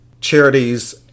charities